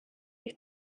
ich